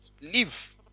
leave